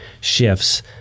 shifts